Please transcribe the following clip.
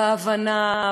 בהבנה,